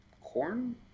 corn